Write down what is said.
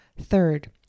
Third